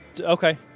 Okay